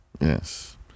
Yes